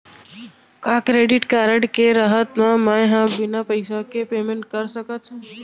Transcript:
का credit card के रहत म, मैं ह बिना पइसा के पेमेंट कर सकत हो?